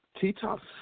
T-Top's